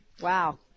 Wow